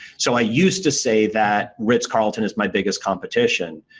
so, i used to say that ritz-carlton is my biggest competition.